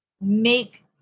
make